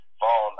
fall